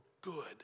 good